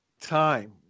time